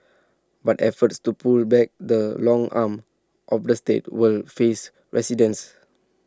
but efforts to pull back the long arm of the state will face resistance